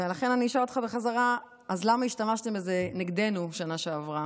לכן אני אשאל אותך בחזרה: אז למה השתמשתם בזה נגדנו בשנה שעברה,